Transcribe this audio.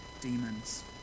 demons